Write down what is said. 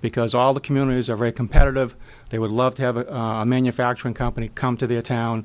because all the communities are very competitive they would love to have a manufacturing company come to their town